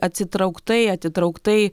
atsitrauktai atitrauktai